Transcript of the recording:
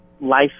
life